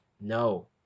No